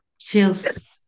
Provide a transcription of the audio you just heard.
feels